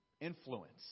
influence